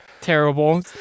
Terrible